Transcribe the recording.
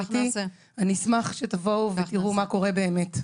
אני אשמח שתבואו ותראו מה קורה באמת.